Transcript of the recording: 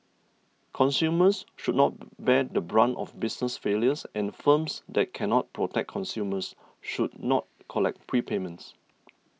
consumers should not bear the brunt of business failures and firms that cannot protect customers should not collect prepayments